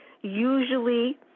Usually